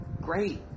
great